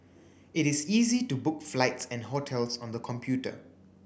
it is easy to book flights and hotels on the computer